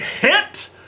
hit